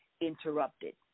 interrupted